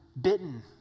bitten